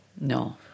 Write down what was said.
no